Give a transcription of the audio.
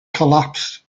collapsed